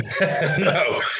No